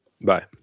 Bye